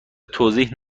توضیح